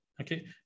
okay